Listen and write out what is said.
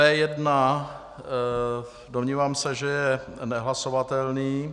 B1 domnívám se, že je nehlasovatelný.